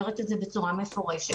את המערכת ונגיע גם להשבתה מלאה אם צריך,